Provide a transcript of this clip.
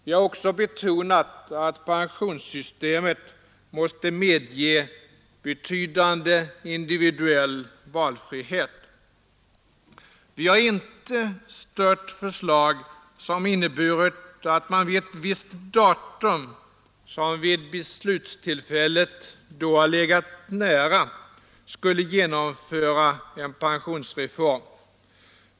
Vi har också betonat att pensionssystemet måste medge betydande individuell valfrihet. Vi har inte stött förslag som inneburit att man vid ett visst datum, som vid beslutstillfället har legat nära, skulle genomföra en pensionsreform.